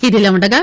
ఇదిలాఉండగా